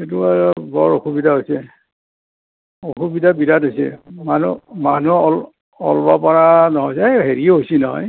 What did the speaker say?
এইটো আৰু বৰ অসুবিধা হৈছে অসুবিধা বিৰাট হৈছে মানুহ মানুহ অলব পাৰা নহয় যে এ হেৰি হৈছি নহয়